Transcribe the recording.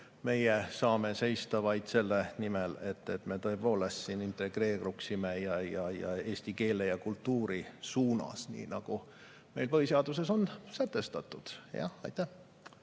Meie saame seista vaid selle eest, et me tõepoolest siin integreeruksime eesti keele ja kultuuri suunas, nii nagu on meie põhiseaduses sätestatud.